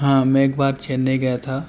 ہاں میں ایک بار چنئی گیا تھا